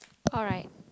alright